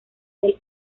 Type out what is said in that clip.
del